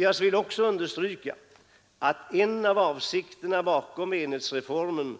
Jag vill också understryka att en av avsikterna bakom enhetstaxereformen